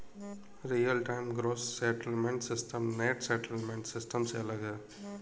real time gross settlement system net settlement system से अलग है